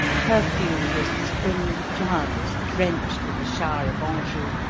perfumed as spring flowers drenched with a shower of anjou,